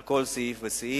על כל סעיף וסעיף.